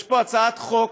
יש פה הצעת חוק